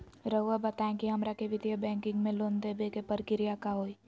रहुआ बताएं कि हमरा के वित्तीय बैंकिंग में लोन दे बे के प्रक्रिया का होई?